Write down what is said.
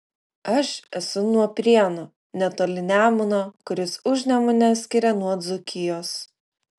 aš esu nuo prienų netoli nemuno kuris užnemunę skiria nuo dzūkijos